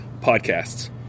podcasts